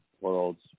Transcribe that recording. world's